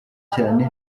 cyane